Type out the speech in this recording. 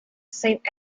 saint